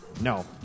No